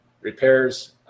Repairs